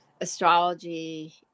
astrology